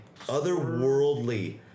otherworldly